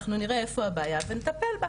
אנחנו נראה איפה הבעיה ונטפל בה.